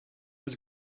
was